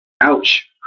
Ouch